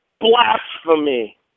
blasphemy